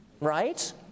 Right